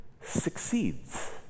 succeeds